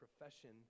profession